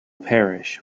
parish